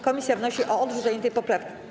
Komisja wnosi o odrzucenie tej poprawki.